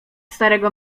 starego